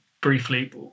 briefly